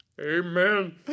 Amen